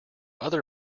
other